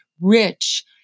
rich